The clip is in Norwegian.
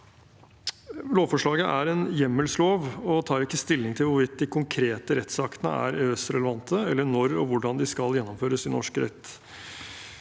Lovforslaget er en hjemmelslov og tar ikke stilling til hvorvidt de konkrete rettsaktene er EØS-relevante, eller når og hvordan de skal gjennomføres i norsk rett.